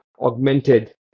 augmented